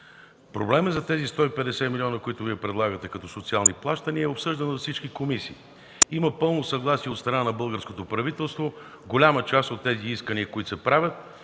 Проблемът за 150-те милиона, които Вие предлагате като социални плащания, е обсъждан от всички комисии. Има пълно съгласие от страна на българското правителство за голяма част от исканията, които се правят